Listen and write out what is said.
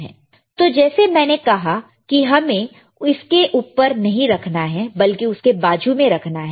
तू जैसे मैंने कहा कि हमें उसके ऊपर नहीं रखना है बल्कि उसके बाजू में रखना है